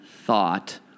thought